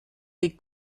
des